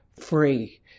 free